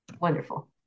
wonderful